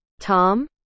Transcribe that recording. Tom